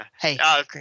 Hey